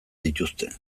dituzte